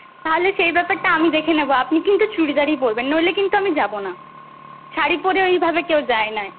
তাহলে সেই ব্যাপারটা আমি দেখে নেবো আপনি কিন্তু চুড়িদারই পরবেন নইলে আমি কিন্তু যাবো না শাড়ি পরে ওইভাবে কেউ যায় না